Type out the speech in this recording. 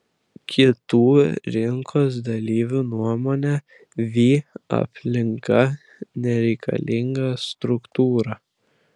kitų rinkos dalyvių nuomone vį aplinka nereikalinga struktūra